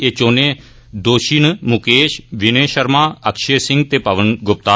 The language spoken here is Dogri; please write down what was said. एह चौनें दोषिएं न मुकेश विनय शर्मा अक्षय सिंह ते पवन गुप्ता